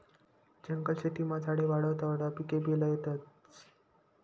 जंगल शेतीमा झाडे वाढावता वाढावता पिकेभी ल्हेता येतस